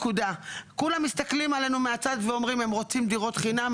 כולם מסתכלים עלינו מהצד ואומרים שאנחנו רוצים דירות חינם.